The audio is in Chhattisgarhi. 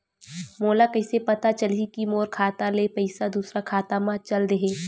मोला कइसे पता चलही कि मोर खाता ले पईसा दूसरा खाता मा चल देहे?